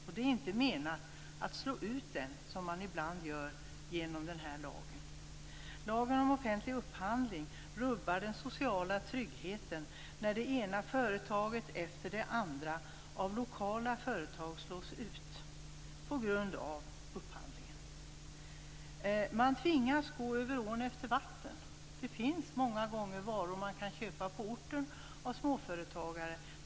Det är inte meningen att slå ut den, vilket man ibland gör genom den här lagen. Lagen om offentlig upphandling rubbar den sociala tryggheten när det ena lokala företaget efter det andra slås ut på grund av upphandlingen. Man tvingas gå över ån efter vatten. Det finns många gånger varor man kan köpa på orten av småföretagare.